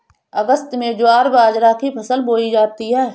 अगस्त में ज्वार बाजरा की फसल बोई जाती हैं